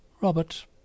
Robert